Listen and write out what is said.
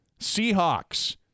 Seahawks